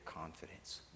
confidence